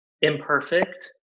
imperfect